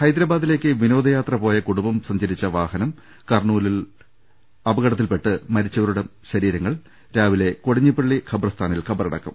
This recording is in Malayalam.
ഹൈദരാബാദിലേക്ക് വിനോദയാത്ര പോയ കുടുംബം സഞ്ച രിച്ച വാഹനം കർണൂലിൽ അപകടത്തിൽപ്പെട്ട് മരിച്ചവരുടെ ശരീരങ്ങൾ രാവിലെ കൊടിഞ്ഞിപ്പള്ളി ഖബർസ്ഥാനിൽ ഖബറടക്കും